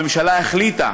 הממשלה החליטה